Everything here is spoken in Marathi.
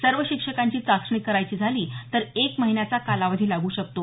सर्व शिक्षकांची चाचणी करायची झाली तर एक महिन्याचा कालावधी लागू शकतो